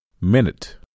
Minute